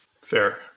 fair